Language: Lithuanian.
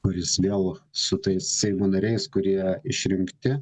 kuris vėl su tais seimo nariais kurie išrinkti